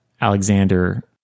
Alexander